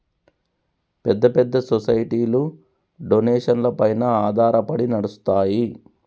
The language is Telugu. పెద్ద పెద్ద సొసైటీలు డొనేషన్లపైన ఆధారపడి నడుస్తాయి